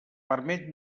permet